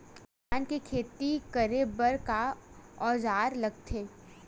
धान के खेती करे बर का औजार लगथे?